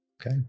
okay